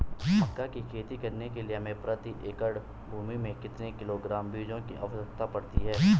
मक्का की खेती करने के लिए हमें प्रति एकड़ भूमि में कितने किलोग्राम बीजों की आवश्यकता पड़ती है?